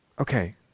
Okay